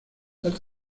las